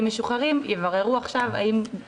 משוחררים יבררו עכשיו לגבי מתנדבי מח"ל.